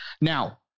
Now